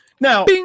now